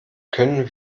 können